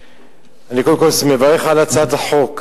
אני קודם כול מברך על הצעת החוק.